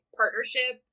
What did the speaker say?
partnership